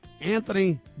Anthony